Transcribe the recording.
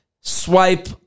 swipe